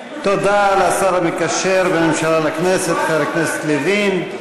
תודה לשר המקשר בין הממשלה לכנסת חבר הכנסת לוין.